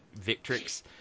Victrix